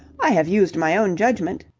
i have used my own judgment.